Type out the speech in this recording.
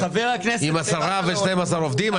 עם עשרה ו-12 עובדים.